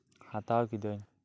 ᱦᱟᱛᱟᱣ ᱠᱤᱫᱟᱹᱧ